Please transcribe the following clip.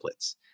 templates